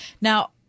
Now